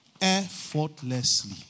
Effortlessly